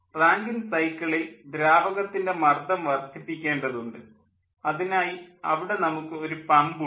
Rankine സൈക്കിളിൽ ദ്രാവകത്തിൻ്റെ മർദ്ദം വർദ്ധിപ്പിക്കേണ്ടതുണ്ട് അതിനായി അവിടെ നമുക്ക് ഒരു പമ്പ് ഉണ്ട്